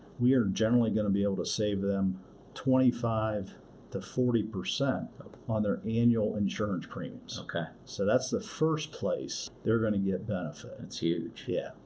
we are generally going to be able to save them twenty five to forty percent on their annual insurance premiums. so, that's the first place they're going to get benefits. that's huge. yeah.